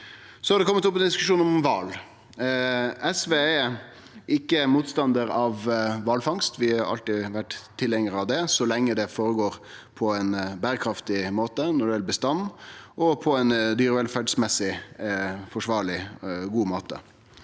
Så har det kome opp ein diskusjon om kval. SV er ikkje motstandar av kvalfangst. Vi har alltid vore tilhengarar av det, så lenge det føregår på ein berekraftig måte når det gjeld bestand, og på ein dyrevelferdsmessig forsvarleg og god måte.